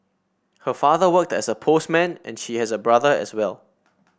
her father worked as a postman and she has a brother as well